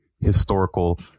historical